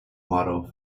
model